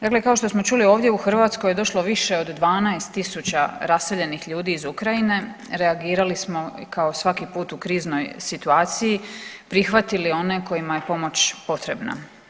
Dakle, kao što smo čuli ovdje u Hrvatskoj je došlo više od 12 tisuća raseljenih ljudi iz Ukrajine, reagirali smo kao svaki put u kriznoj situaciji i prihvatili one kojima je pomoć potrebna.